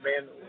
man